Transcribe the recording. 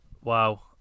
wow